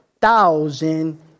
thousand